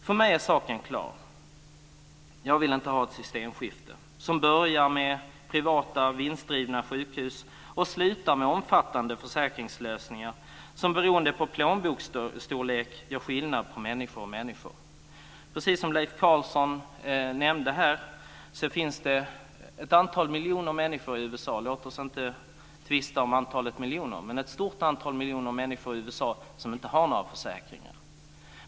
För mig är saken klar: Jag vill inte ha ett systemskifte som börjar med privata vinstdrivna sjukhus och som slutar med omfattande försäkringslösningar som beroende på plånboksstorlek gör skillnad mellan människor och människor. Precis som Leif Carlson här nämnde finns det ett stort antal miljoner människor i USA - låt oss inte tvista om antalet miljoner - som inte har några försäkringar.